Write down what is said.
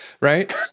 right